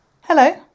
Hello